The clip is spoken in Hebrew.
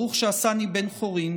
ברוך שעשני בן חורין,